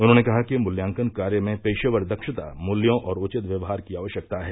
उन्होंने कहा कि मूल्यांकन कार्य में पेशेवर दक्षता मूल्यों और उचित व्यवहार की आवश्यकता है